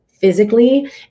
physically